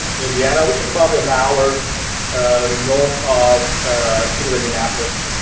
indiana which is about an hour north of city of indianapolis.